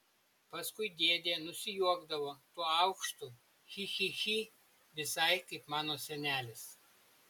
paskui dėdė nusijuokdavo tuo aukštu chi chi chi visai kaip mano senelis